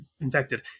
infected